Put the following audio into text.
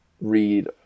read